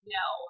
no